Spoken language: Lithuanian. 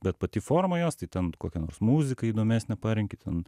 bet pati forma jos tai ten kokią nors muziką įdomesnę parenki ten